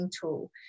tool